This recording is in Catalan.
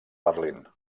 berlín